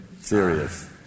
serious